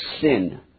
sin